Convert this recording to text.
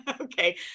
Okay